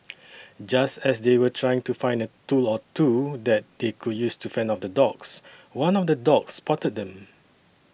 just as they were trying to find a tool or two that they could use to fend off the dogs one of the dogs spotted them